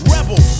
Rebel